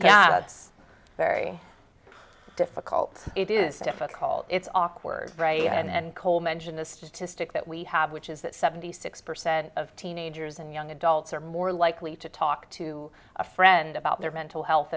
it's very difficult it is difficult it's awkward and cold mention the statistic that we have which is that seventy six percent of teenagers and young adults are more likely to talk to a friend about their mental health